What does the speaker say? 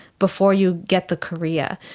before you get the chorea.